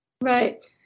Right